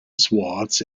swartz